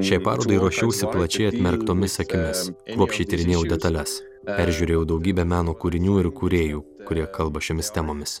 šiai parodai ruošiausi plačiai atmerktomis akimis kruopščiai tyrinėjau detales peržiūrėjau daugybę meno kūrinių ir kūrėjų kurie kalba šiomis temomis